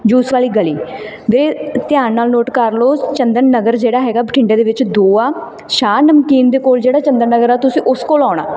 juice ਵਾਲੀ ਗਲੀ ਵੀਰੇ ਧਿਆਨ ਨਾਲ ਨੋਟ ਕਰ ਲਓ ਚੰਦਨ ਨਗਰ ਜਿਹੜਾ ਹੈਗਾ ਬਠਿੰਡੇ ਦੇ ਵਿੱਚ ਦੋ ਆ ਸ਼ਾਹ ਨਮਕੀਨ ਦੇ ਕੋਲ ਜਿਹੜਾ ਚੰਦਨ ਨਗਰ ਆ ਤੁਸੀਂ ਉਸ ਕੋਲ ਆਉਣਾ